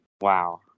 wow